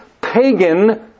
pagan